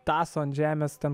tąso ant žemės ten